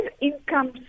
incomes